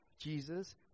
Jesus